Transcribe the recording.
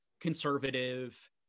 conservative